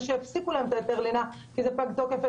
שהפסיקו להם את היתרי הלינה כי פג התוקף.